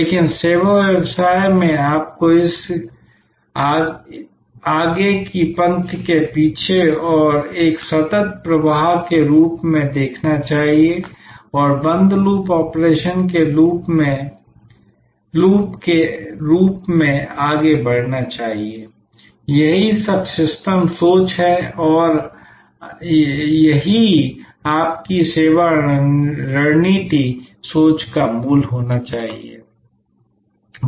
लेकिन सेवा व्यवसाय में आपको इसे आगे की पंक्ति से पीछे की ओर एक सतत प्रवाह के रूप में देखना चाहिए और बंद लूप ऑपरेशन के रूप में लूप के रूप में आगे बढ़ना चाहिए यही सब सिस्टम सोच है और यही आपकी सेवा रणनीति सोच का मूल होना चाहिए